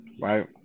Right